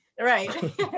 Right